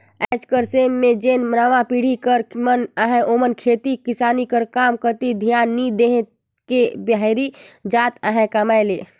आएज कर समे में जेन नावा पीढ़ी कर मन अहें ओमन खेती किसानी कर काम कती धियान नी दे के बाहिरे जात अहें कमाए ले